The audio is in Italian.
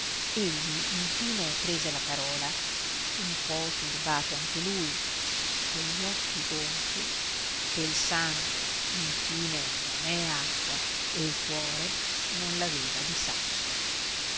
egli infine prese la parola un po turbato anche lui cogli occhi gonfi ché il sangue infine non è acqua e il cuore non l'aveva di sasso